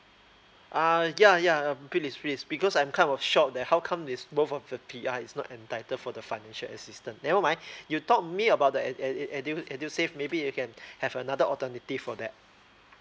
ah ya ya pretty please because I'm kind of shock that how come is both of the P_R is not entitled for the financial assistance never mind you tell me about the at at it edu~ edusave maybe you can have another alternative for that